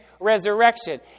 resurrection